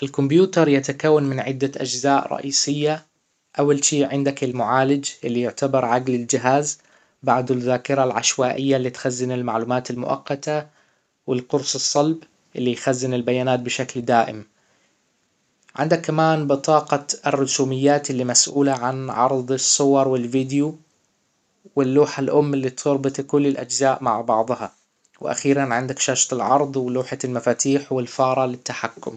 الكمبيوتر يتكون من عدة أجزاء رئيسية: أول شئ عندك المعالج إللى يعتبر عجل الجهاز بعده الذاكرة العشوائية إللى تخزن المعلومات المؤقتة و القرص الصلب إللى يخزن البيانات بشكل دائم عندك كمان بطاقة الرسوميات إللى مسئولة عن عرض الصور و الفيديو واللوحة الأم اللى تربط كل الأجزاء مع بعضها واخيرا عندك شاشة العرض و لوحة المفاتيح و الفارة للتحكم